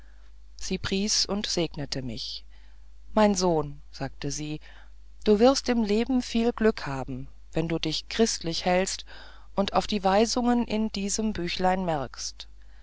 sie pries und segnete mich mein sohn sagte sie du wirst im leben viel glück haben wenn du dich christlich hältst und auf die weisungen in diesem büchlein merkst